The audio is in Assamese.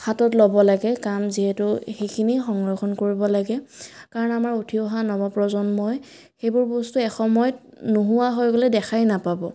হাতত ল'ব লাগে কাম যিহেতু সেইখিনি সংৰক্ষণ কৰিব লাগে কাৰণ আমাৰ উঠি অহা নৱ প্ৰজন্মই এইবোৰ বস্তু এসময়ত নোহোৱা হৈ গ'লে দেখাই নাপাব